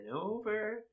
over